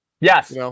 Yes